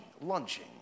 lunching